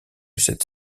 cette